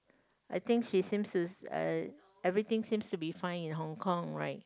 I think she seems to uh everything seems to be fine in Hong-Kong right